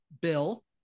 Bill